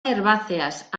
herbáceas